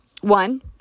One